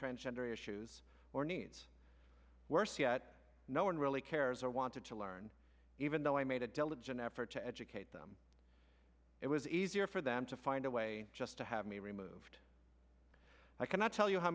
transgender issues or needs worse yet no one really cares or wanted to learn even though i made a diligent effort to educate them it was easier for them to find a way just to have me removed i cannot tell you how